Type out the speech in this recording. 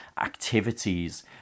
activities